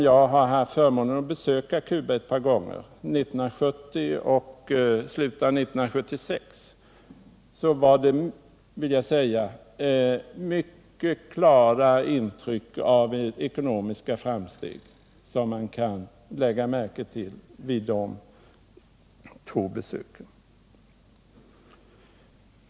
Jag har haft förmånen att besöka Cuba ett par gånger — nämligen år 1970 och i slutet av 1976 — och jag vill säga att mitt mycket klara intryck vid en jämförelse mellan de två besöken var att Cuba gjort betydande ekonomiska framsteg.